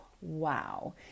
wow